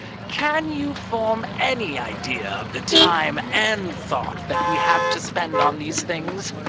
can you form any idea of the time and thought that we have to spend on these things,